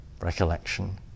recollection